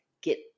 get